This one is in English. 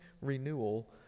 renewal